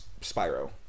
Spyro